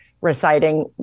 reciting